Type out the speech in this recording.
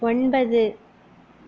ஒன்பது